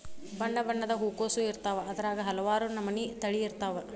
ಬಣ್ಣಬಣ್ಣದ ಹೂಕೋಸು ಇರ್ತಾವ ಅದ್ರಾಗ ಹಲವಾರ ನಮನಿ ತಳಿ ಇರ್ತಾವ